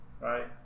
right